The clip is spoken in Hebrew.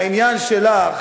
בעניין שלך